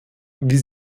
wie